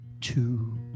two